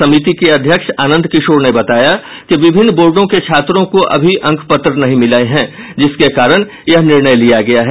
समिति के अध्यक्ष आनंद किशोर ने बताया कि विभिन्न बोर्डो के छात्रों को अभी अंकपत्र नहीं मिला है जिसके कारण यह निर्णय लिया गया है